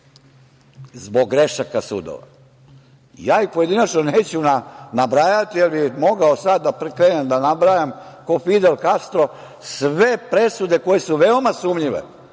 zbog grešaka sudova i ja ih pojedinačno neću nabrajati, jer bih mogao sada da krenem da nabrajam ko Fidel Kastro sve presude koje su veoma sumnjive